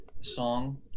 song